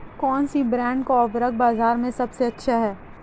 कौनसे ब्रांड का उर्वरक बाज़ार में सबसे अच्छा हैं?